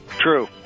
True